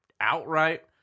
outright